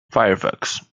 firefox